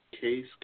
Case